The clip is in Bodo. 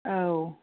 औ